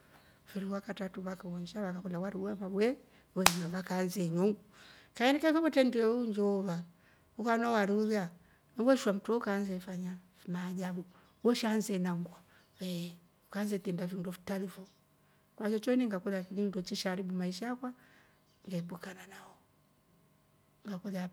Mfiri wa katratu vaka onsha vaka kolya wari wefaa we wenywa vakansa enywa u kaindika ife wetre ndeu njoova ukanywa wari ulya weeshwa mtre ukaansa ifanya fima ajabu we shaansha inangwa kwahiyo cho iningakolya ninndo chesha haribu maisha akwa nge epukana nao ngakolya.